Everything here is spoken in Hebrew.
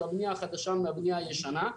של הבנייה החדשה מהבנייה הישנה.